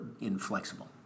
inflexible